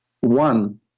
One